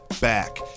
back